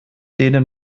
denen